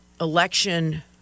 election